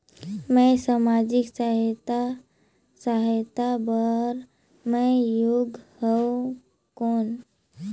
मैं समाजिक सहायता सहायता बार मैं योग हवं कौन?